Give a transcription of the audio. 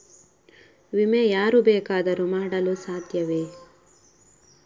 ವಿಮೆ ಯಾರು ಬೇಕಾದರೂ ಮಾಡಲು ಸಾಧ್ಯವೇ?